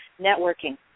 networking